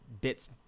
bits